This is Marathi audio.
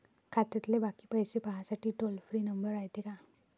खात्यातले बाकी पैसे पाहासाठी टोल फ्री नंबर रायते का?